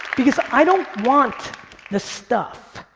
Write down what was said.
because i don't want the stuff.